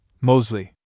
Mosley